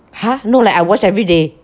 !huh! no leh I wash every day